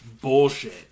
bullshit